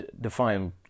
define